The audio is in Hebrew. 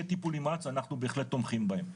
טיפול נמרץ אנחנו בהחלט תומכים בהם.